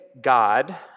God